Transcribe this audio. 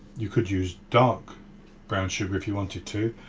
you could use dark brown sugar if you wanted to,